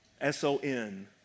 S-O-N